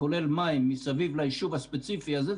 כולל מים מסביב ליישוב הספציפי הזה,